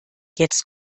jetzt